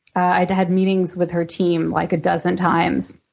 i'd had meetings with her team like a dozen times.